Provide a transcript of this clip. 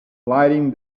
lighting